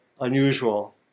unusual